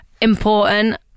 important